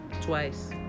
twice